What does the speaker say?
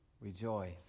rejoice